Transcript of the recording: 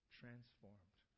transformed